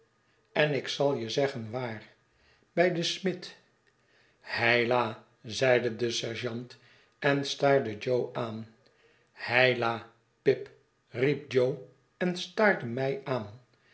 en ik zal je zeggen waar bij den smid heila zeide de sergeant en staarde jo aan heila pip riep jo en staarde mtj aan